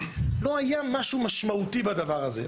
לא היה משהו משמעותי בדבר הזה.